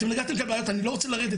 אתם הבנתם את הבעיות, אני לא רוצה לרדת.